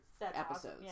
episodes